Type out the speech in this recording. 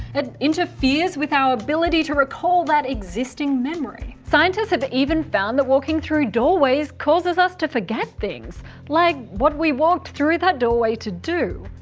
it interferes with our ability to recall that existing memory. scientists have even found that walking through doorways causes us to forget things like what we walked through that doorway to do.